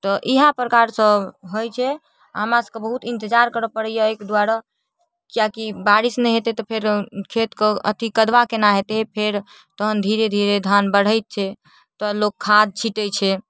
तऽ इएह प्रकारसँ होइ छै हमरा सबके बहुत इन्तजार करऽ पड़ैया अइके दुआरे किएक कि बारिश नहि हेतै तऽ फेर खेतके अथी कदवा केना हेतै फेर तहन धीरे धीरे धान बढ़ै छै तऽ लोग खाद छिटै छै